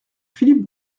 philippe